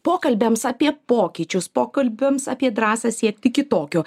pokalbiams apie pokyčius pokalbiams apie drąsą siekti kitokio